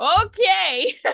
okay